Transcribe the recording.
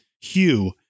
Hugh